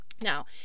now